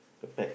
the bags